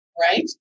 right